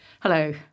Hello